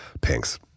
Pink's